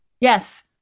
Yes